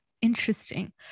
Interesting